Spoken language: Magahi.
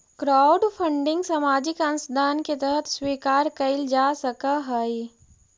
क्राउडफंडिंग सामाजिक अंशदान के तरह स्वीकार कईल जा सकऽहई